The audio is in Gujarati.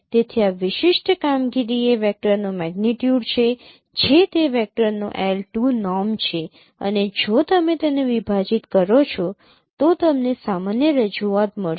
તેથી આ વિશિષ્ટ કામગીરી એ વેક્ટરનો મેગ્નીટ્યુડ છે જે તે વેક્ટરનો L2 નૉર્મ છે અને જો તમે તેને વિભાજીત કરો છો તો તમને સામાન્ય રજૂઆત મળશે